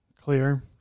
clear